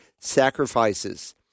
sacrifices